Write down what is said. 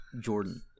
Jordan